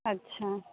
अच्छा